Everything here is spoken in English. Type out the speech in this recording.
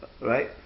right